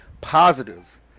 Positives